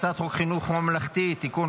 חינוך ממלכתי (תיקון,